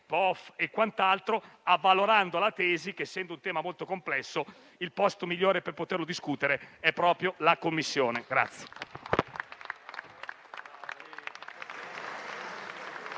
POF e quant'altro, avvalorando la tesi che, essendo un tema molto complesso, il posto migliore per poterlo discutere è proprio la Commissione.